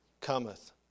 cometh